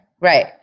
right